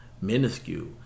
minuscule